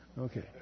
Okay